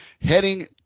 heading